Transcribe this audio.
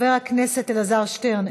חבר הכנסת אלעזר שטרן,